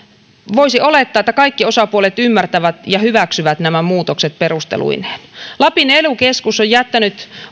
voisi olettaa että kaikki osapuolet ymmärtävät ja hyväksyvät nämä muutokset perusteluineen lapin ely keskus on jättänyt